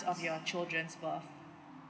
of your children's birth